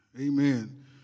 Amen